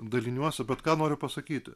daliniuose bet ką noriu pasakyti